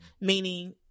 meaning